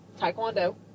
taekwondo